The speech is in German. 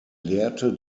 lehrte